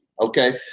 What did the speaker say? Okay